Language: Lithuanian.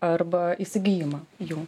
arba įsigijimą jų